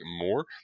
more